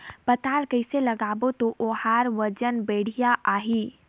पातल कइसे लगाबो ता ओहार वजन बेडिया आही?